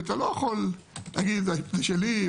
אתה לא יכול להגיד זה בשבילי,